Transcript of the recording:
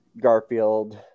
garfield